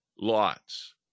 lots